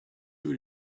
food